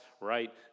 right